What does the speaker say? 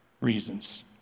reasons